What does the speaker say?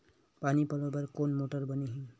पानी पलोय बर कोन मोटर बने हे?